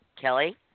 Kelly